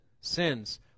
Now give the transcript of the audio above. sins